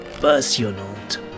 passionnante